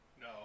No